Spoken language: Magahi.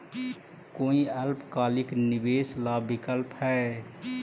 कोई अल्पकालिक निवेश ला विकल्प हई?